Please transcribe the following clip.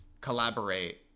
collaborate